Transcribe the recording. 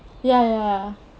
ya ya